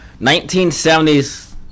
1970s